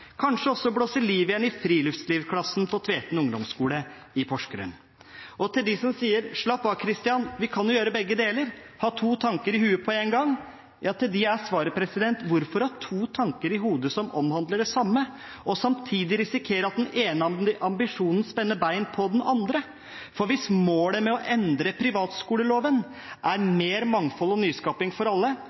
kanskje også blåse liv igjen i friluftslivklassen på Tveten ungdomsskole i Porsgrunn. Og til dem som sier «slapp av, Christian, vi kan jo gjøre begge deler, ha to tanker i hodet på en gang», er svaret: Hvorfor ha to tanker i hodet som omhandler det samme, og samtidig risikere at den ene ambisjonen spenner bein på den andre? For hvis målet med å endre privatskoleloven er mer mangfold og nyskaping for alle,